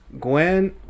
Gwen